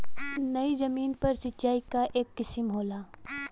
नयी जमीन पर सिंचाई क एक किसिम होला